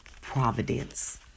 providence